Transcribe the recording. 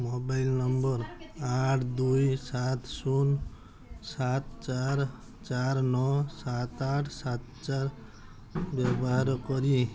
mobile number ଆଠ ଦୁଇ ସାତ ଶୂନ ସାତ ଚାରି ଚାରି ନଅ ସାତ ଆଠ ସାତ ଚାରି ବ୍ୟବହାର କରି